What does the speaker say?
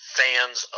fans